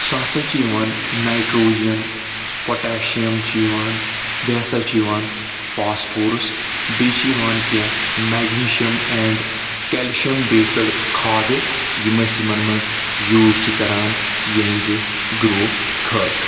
سا ہسا چھِ یِوان نَایِٹروجن پوٹَیشِیَم چھِ یِوان بیٚیہِ ہسا چھُ یِوان فَاسفورس بیٚیہِ چھِ یِوان کینٛہہ مَیٚگنِیشِیَم اینٛڈ کَیٚلشِیَم بَیٚسٕڈ کھادٕ یِم أسۍ یِمَن منٛز یوٗز چھِ کران یِہنٛزِ گروٕتھ خٲطرٕ